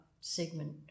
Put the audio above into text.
segment